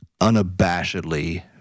unabashedly